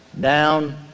down